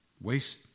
waste